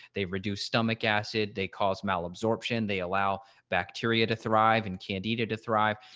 they've reduced stomach acid, they cause malabsorption. they allow bacteria to thrive and candida to thrive.